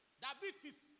diabetes